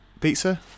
pizza